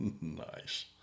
Nice